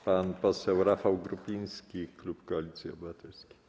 Pan poseł Rafał Grupiński, klub Koalicji Obywatelskiej.